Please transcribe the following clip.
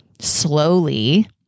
slowly